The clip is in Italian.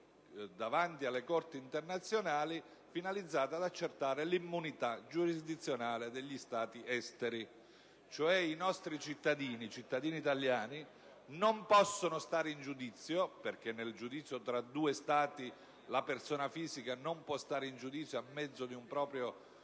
davanti alle Corti internazionali finalizzati ad accertare l'immunità giurisdizionale degli Stati esteri. I cittadini italiani non possono stare in giudizio perché nel giudizio tra due Stati la persona fisica non può stare in giudizio a mezzo di un proprio